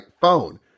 phone